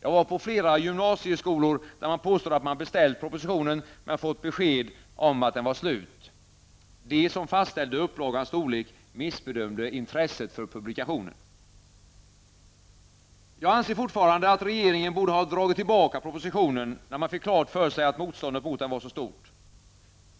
Jag var på flera gymnasieskolor, där man påstod att man beställt propositionen men fått besked om att den var slut. De som fastställde upplagans storlek missbedömde intresset för publikationen. Jag anser fortfarande att regeringen borde ha dragit tillbaka propositionen, när man fick klart för sig att motståndet mot den var så stort.